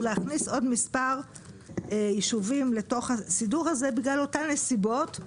ולהכניס עוד מספר יישובים לסידור הזה בגלל אותן נסיבות.